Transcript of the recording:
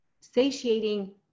satiating